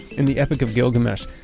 in the epic of gilgamesh,